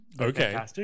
Okay